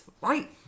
Right